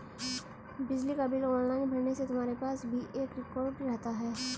बिजली का bill online भरने से तुम्हारे पास भी एक रिकॉर्ड रहता है